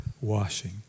washing